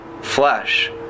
flesh